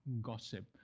gossip